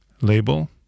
label